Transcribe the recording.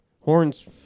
horns